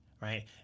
right